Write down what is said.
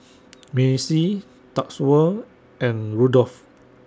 Macey Tatsuo and Rudolf